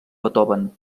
beethoven